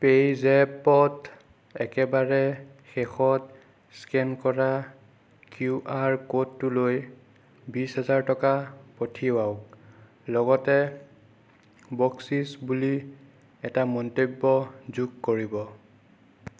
পে'জেপত একেবাৰে শেষত স্কেন কৰা কিউআৰ ক'ডটোলৈ বিছ হেজাৰ টকা পঠিয়াওক লগতে বকচিচ বুলি এটা মন্তব্য যোগ কৰিব